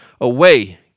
Away